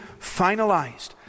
finalized